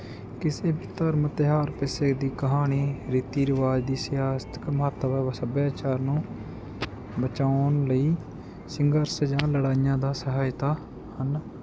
ਕਿਸੇ ਵੀ ਧਰਮ ਤਿਉਹਾਰ ਕਿਸੇ ਦੀ ਕਹਾਣੀ ਰੀਤੀ ਰਿਵਾਜ ਦੀ ਸਿਆਸਤ ਇੱਕ ਮਹੱਤਵ ਵ ਸੱਭਿਆਚਾਰ ਨੂੰ ਬਚਾਉਣ ਲਈ ਸੰਘਰਸ਼ ਜਾਂ ਲੜਾਈਆਂ ਦਾ ਸਹਾਇਤਾ ਹਨ